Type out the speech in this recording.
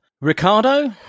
Ricardo